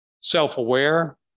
self-aware